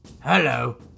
Hello